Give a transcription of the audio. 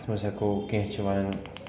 اَتھ منٛز ہیٚکو کینٛہہ چھِ وَنان